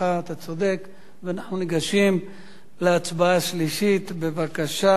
ואנחנו ניגשים להצבעה בקריאה שלישית, בבקשה.